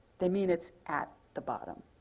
they mean it's at the bottom.